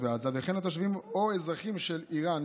ועזה וכן לתושבים או אזרחים של איראן,